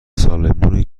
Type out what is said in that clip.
سالمون